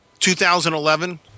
2011